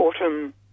autumn